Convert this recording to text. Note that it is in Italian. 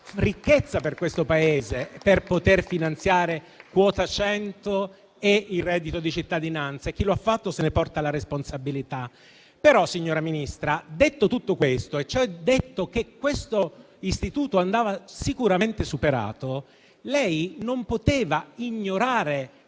ricchezza per il Paese, per poter finanziare quota 100 e il reddito di cittadinanza: chi lo ha fatto ne porta la responsabilità. Signora Ministra, detto tutto questo e detto che questo istituto andava sicuramente superato, lei non poteva ignorare